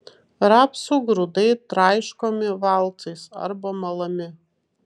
rapsų grūdai traiškomi valcais arba malami